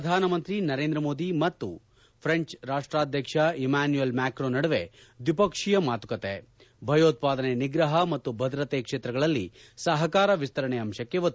ಪ್ರಧಾನಮಂತ್ರಿ ನರೇಂದ್ರ ಮೋದಿ ಮತ್ತು ಫ್ರೆಂಚ್ ರಾಷ್ಪಾಧ್ವಕ್ಷ ಇಮ್ಯಾನ್ಯುಯಲ್ ಮ್ಯಾಕ್ರೊ ನಡುವೆ ದ್ವಿಪಕ್ಷೀಯ ಮಾತುಕತೆ ಭಯೋತ್ಪಾದನೆ ನಿಗ್ರಹ ಮತ್ತು ಭದ್ರತೆ ಕ್ಷೇತ್ರಗಳಲ್ಲಿ ಸಹಕಾರ ವಿಸ್ತರಣೆ ಅಂಶಕ್ಕೆ ಒತ್ತು